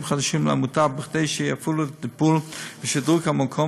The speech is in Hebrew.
חדשים לעמותה כדי שיפעלו לטיפול במקום ולשדרוג המקום,